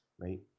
right